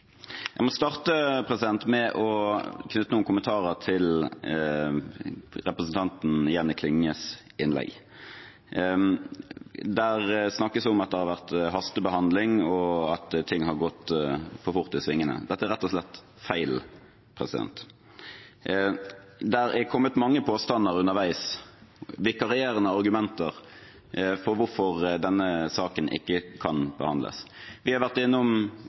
Jeg må starte med å knytte noen kommentarer til representanten Jenny Klinges innlegg. Det snakkes om at det har vært hastebehandling, og at ting har gått for fort i svingene. Dette er rett og slett feil. Det er kommet mange påstander underveis, vikarierende argumenter for hvorfor denne saken ikke kan behandles. Vi har vært